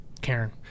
Karen